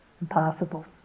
Impossible